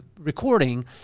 recording